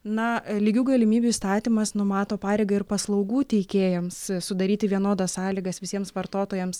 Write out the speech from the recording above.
na lygių galimybių įstatymas numato pareigą ir paslaugų teikėjams sudaryti vienodas sąlygas visiems vartotojams